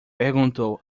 perguntou